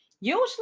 usually